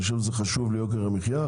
אני חושב שזה חשוב ליוקר המחיה,